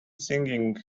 singing